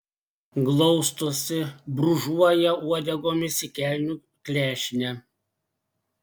glaustosi brūžuoja uodegomis į kelnių klešnę